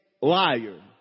liar